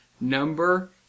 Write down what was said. number